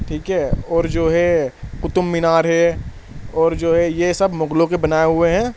ٹھیک ہے اور جو ہے قطب مینار ہے اور جو ہے یہ سب مغلوں کے بنائے ہوئے ہیں